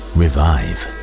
revive